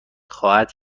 خواهد